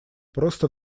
просто